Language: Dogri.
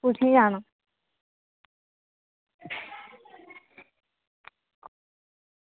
कुत्थें जाना